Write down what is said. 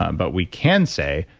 um but we can say,